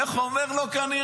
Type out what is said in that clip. איך הוא אומר לו כנראה?